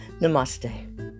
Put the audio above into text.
namaste